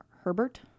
Herbert